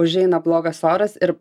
užeina blogas oras ir